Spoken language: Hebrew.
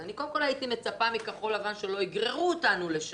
קודם כול הייתי מצפה מכחול לבן שלא יגררו אותנו לשם,